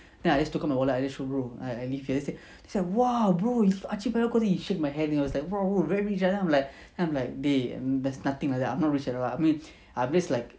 then I just took him come over I just show bro I I live here then he said !wow! bro archipelago then he shook my hand he was like bro very rich ah then I'm like then I'm like dey that's nothing like that I'm not rich at all I mean I just like